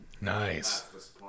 Nice